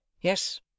Yes